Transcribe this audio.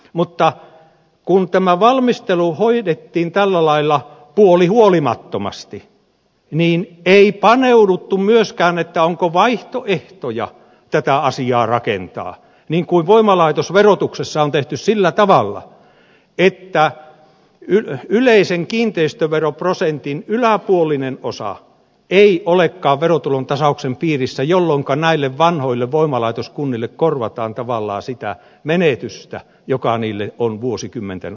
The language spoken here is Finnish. mutta kun tämä valmistelu hoidettiin tällä lailla puolihuolimattomasti niin ei paneuduttu myöskään siihen onko vaihtoehtoja tätä asiaa rakentaa niin kuin voimalaitosverotuksessa on tehty sillä tavalla että yleisen kiinteistöveroprosentin yläpuolinen osa ei olekaan verotulon tasauksen piirissä jolloin näille vanhoille voimalaitoskunnille korvataan tavallaan sitä menetystä joka niille on vuosikymmenten aikana tullut